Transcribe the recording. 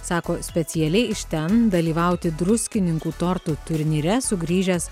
sako specialiai iš ten dalyvauti druskininkų tortų turnyre sugrįžęs